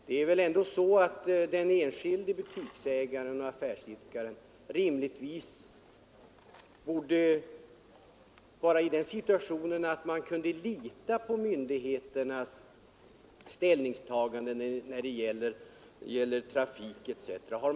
Det borde väl vara så att den enskilde butiksägaren och affärsidkaren skulle kunna lita på myndigheternas ställningstagande när det gäller trafikplanering etc.